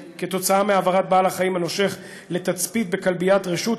מהעברת בעל החיים הנושך לתצפית בכלביית רשות,